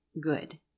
good